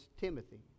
Timothy